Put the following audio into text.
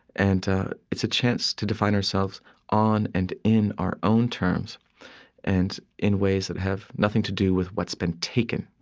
and it's a chance to define ourselves on and in our own terms and in ways that have nothing to do with what's been taken.